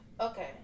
Okay